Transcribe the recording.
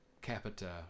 Capita